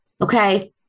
okay